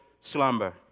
Slumber